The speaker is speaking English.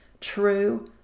true